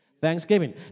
Thanksgiving